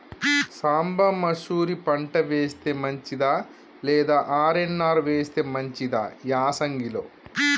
సాంబ మషూరి పంట వేస్తే మంచిదా లేదా ఆర్.ఎన్.ఆర్ వేస్తే మంచిదా యాసంగి లో?